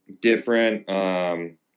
different